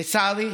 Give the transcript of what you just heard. לצערי,